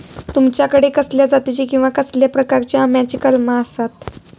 तुमच्याकडे कसल्या जातीची किवा कसल्या प्रकाराची आम्याची कलमा आसत?